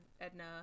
edna